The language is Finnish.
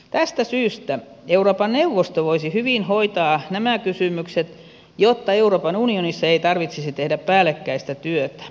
tästä syystä euroopan neuvosto voisi hyvin hoitaa nämä kysymykset jotta euroopan unionissa ei tarvitsisi tehdä päällekkäistä työtä